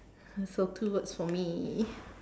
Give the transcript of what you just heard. so two words for me